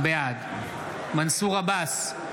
בעד מנסור עבאס,